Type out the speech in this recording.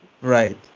Right